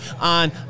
on